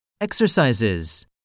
Exercises